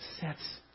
sets